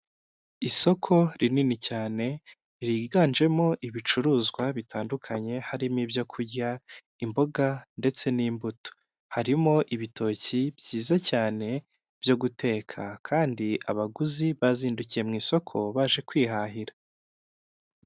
Isoko rinini cyane ryiganjemo ibicuruzwa bitandukanye harimo: ibyo kurya imboga ndetse n'imbuto, harimo ibitoki byiza cyane byo guteka kandi abaguzi bazindukiye mu isoko baje kwihahira.